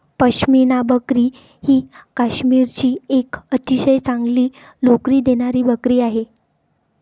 पश्मिना बकरी ही काश्मीरची एक अतिशय चांगली लोकरी देणारी बकरी आहे